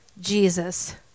Jesus